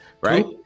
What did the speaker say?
right